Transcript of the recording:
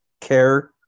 care